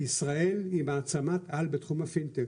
ישראל היא מעצמת על בתחום הפינטק,